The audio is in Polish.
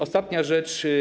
Ostatnia rzecz.